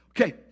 okay